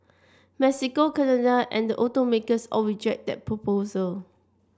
Mexico Canada and the automakers all reject that proposal